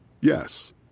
Yes